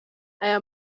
aya